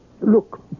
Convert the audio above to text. Look